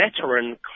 veteran